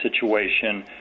situation